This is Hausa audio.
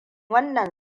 wannan